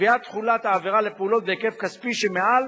קביעת תחולת העבירה לפעולות בהיקף כספי שמעל